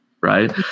right